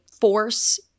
force